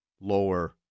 Lower